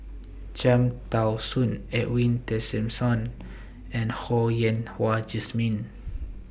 Cham Tao Soon Edwin Tessensohn and Ho Yen Wah Jesmine